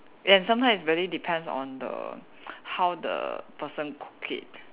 and sometimes it really depends on the how the person cook it